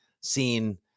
seen